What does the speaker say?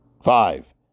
Five